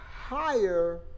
higher